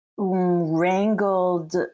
Wrangled